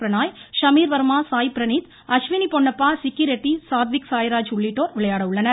பிரணாய் ஷமீர் வர்மா சாய் பிரணீத் அஸ்வினி பொன்னப்பா சிக்கி ரெட்டி சாத்விக் சாய்ராஜ் உள்ளிட்டோர் விளையாட உள்ளனர்